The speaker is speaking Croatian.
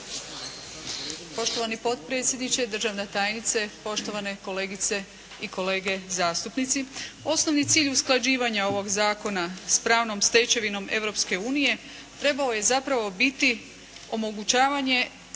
Poštovani potpredsjedniče, državna tajnice, poštovane kolegice i kolege zastupnici. Osnovni cilj usklađivanja ovog zakona sa pravnom stečevinom Europske unije trebao je zapravo biti omogućavanje